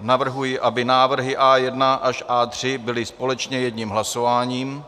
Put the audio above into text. Navrhuji, aby návrhy A1 až A3 byly společně jedním hlasováním,